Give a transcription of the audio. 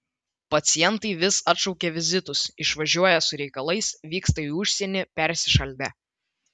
pacientai vis atšaukia vizitus išvažiuoją su reikalais vykstą į užsienį persišaldę